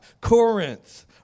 Corinth